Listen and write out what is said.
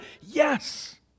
Yes